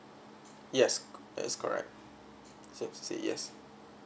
yes that's correct say yes